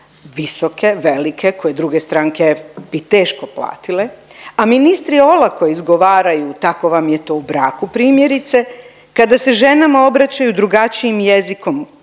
visoke, velike, koje druge stranke bi teško platile, a ministri olako izgovaraju, tako vam je to u braku, primjerice, kada se ženama obraćaju drugačijim jezikom, koji